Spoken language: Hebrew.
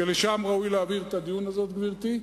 שאליהן ראוי להעביר את הדיון הזה, גברתי,